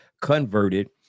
converted